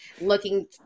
looking